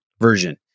version